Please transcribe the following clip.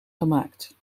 gemaakt